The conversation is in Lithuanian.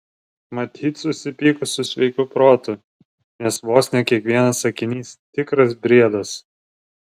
matyt susipykus su sveiku protu nes vos ne kiekvienas sakinys tikras briedas